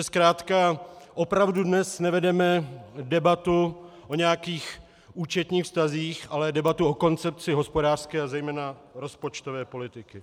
Zkrátka opravdu dnes nevedeme debatu o nějakých účetních vztazích, ale debatu o koncepci hospodářské a zejména rozpočtové politiky.